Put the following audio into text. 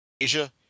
Asia